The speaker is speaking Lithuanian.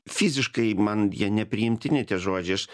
fiziškai man jie nepriimtini tie žodžiai aš